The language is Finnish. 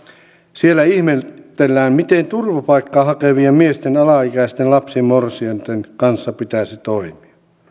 siellä ihmetellään miten turvapaikkaa hakevien miesten alaikäisten lapsimorsianten kanssa pitäisi toimia